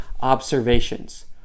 observations